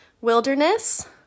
Wilderness